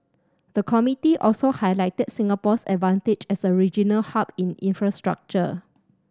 the committee also highlighted Singapore's advantage as a regional hub in infrastructure